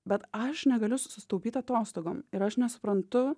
bet aš negaliu susitaupyt atostogom ir aš nesuprantu